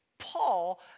paul